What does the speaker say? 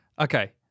okay